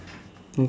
okay